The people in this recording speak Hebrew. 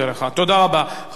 חבר הכנסת חנין, לא נמצא.